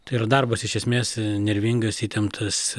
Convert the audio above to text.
tai yra darbas iš esmės nervingas įtemptas